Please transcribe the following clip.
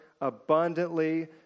abundantly